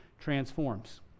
transforms